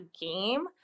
game